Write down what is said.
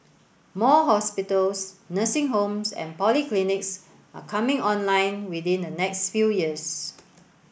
more hospitals nursing homes and polyclinics are coming online within the next few years